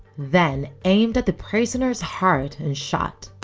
then aimed at the prisoner's heart and shot.